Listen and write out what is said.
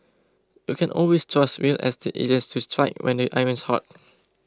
you can always trust real estate agents to strike when the iron's hot